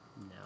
No